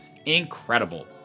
Incredible